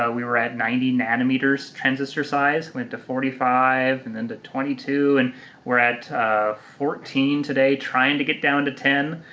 ah we were at ninety nanometers transistor size, went to forty five and then to twenty two and we're at fourteen today, trying to get down to ten.